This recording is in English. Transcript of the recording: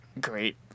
great